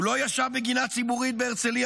הוא לא ישב בגינה הציבורית בהרצליה